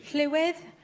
llywydd,